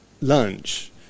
lunch